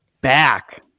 back